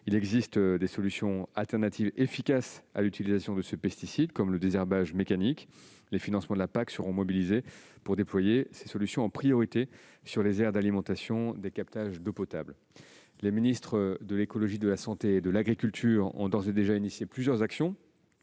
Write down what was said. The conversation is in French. Il existe d'autres solutions efficaces que l'utilisation de ce pesticide, comme le désherbage mécanique. Les financements de la politique agricole commune seront mobilisés pour déployer ces solutions en priorité sur les aires d'alimentation des captages d'eau potable. Les ministres de l'écologie, de la santé et de l'agriculture ont d'ores et déjà engagé plusieurs actions.